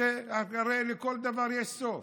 הרי לכל דבר יש סוף.